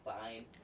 fine